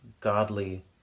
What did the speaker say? godly